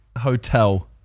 hotel